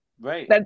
Right